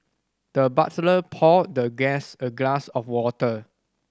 the butler poured the guest a glass of water